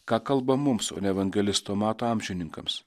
ką kalba mums o ne evangelisto mato amžininkams